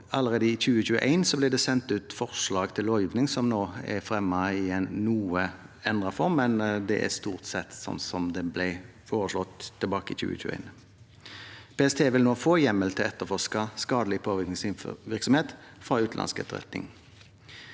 allerede i 2021 ble det sendt ut forslag til lovgivning. Dette er nå fremmet i en noe endret form, men det er stort sett sånn det ble foreslått tilbake i 2021. PST vil nå få hjemmel til å etterforske skadelig påvirkningsvirksomhet fra utenlandsk etterretning.